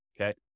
okay